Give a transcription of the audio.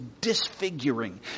disfiguring